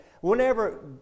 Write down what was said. whenever